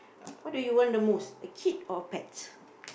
what do you want the most a kid or a pet